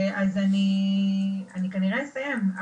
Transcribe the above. אז אני כנראה אסיים.